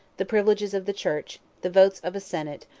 the privileges of the church, the votes of a senate,